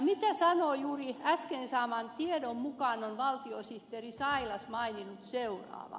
ja juuri äsken saadun tiedon mukaan on valtiosihteeri sailas maininnut seuraavaa